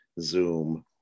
zoom